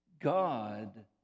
God